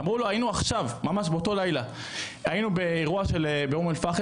אמרו לו היינו עכשיו ממש באותו לילה היינו באירוע באום אל פאחם